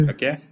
Okay